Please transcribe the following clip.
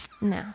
No